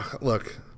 look